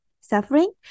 suffering